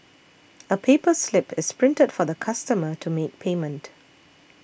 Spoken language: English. a paper slip is printed for the customer to make payment